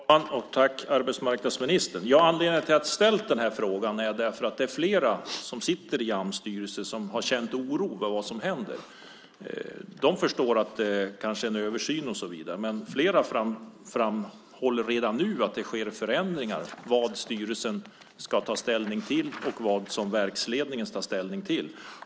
Herr talman! Tack arbetsmarknadsministern! Anledningen till att jag har ställt frågan är att flera som sitter i Ams styrelse har känt oro för vad som händer. De förstår att det kanske pågår en översyn, men flera framhåller redan nu att det sker förändringar när det gäller vad styrelsen ska ta ställning till och vad verksledningen ska ta ställning till.